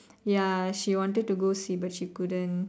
ya she wanted to go see but she couldn't